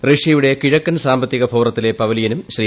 റഷ്യയുടെ കിഴക്കൻ സാമ്പത്തിക ഫോറത്തിലെ പവലിയനും ശ്രീ